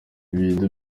ibintu